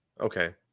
Okay